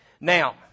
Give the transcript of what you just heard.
Now